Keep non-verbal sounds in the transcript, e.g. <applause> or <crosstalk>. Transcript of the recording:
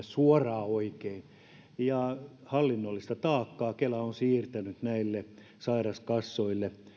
<unintelligible> suoraan oikein ja hallinnollista taakkaa kela on siirtänyt näille sairaskassoille